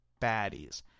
baddies